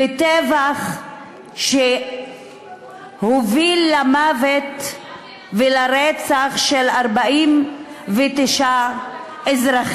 בטבח שהוביל למוות ולרצח של 49 אזרחים,